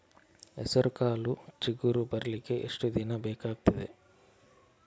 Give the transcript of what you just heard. ಹೆಸರುಕಾಳು ಚಿಗುರು ಬರ್ಲಿಕ್ಕೆ ಎಷ್ಟು ದಿನ ಬೇಕಗ್ತಾದೆ?